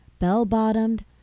bell-bottomed